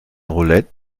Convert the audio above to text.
roulette